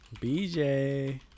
BJ